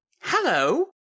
Hello